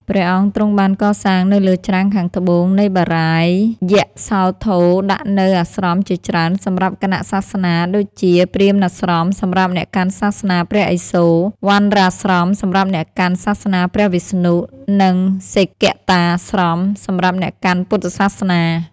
ព្រះអង្គទ្រង់បានកសាងនៅលើច្រាំងខាងត្បូងនៃ បារាយណ៍យសោធរដាក់នូវអាស្រមជាច្រើនសម្រាប់គណៈសាសនា ដូចជា ព្រាហ្មណាស្រមសម្រាប់អ្នកកាន់សាសនាព្រះឥសូរ វណ្ណរាស្រមសម្រាប់អ្នកកាន់ សាសនាព្រះវិស្ណុ និងសេគតាស្រម សម្រាប់អ្នកកាន់ពុទ្ធសាសនា ។